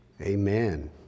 Amen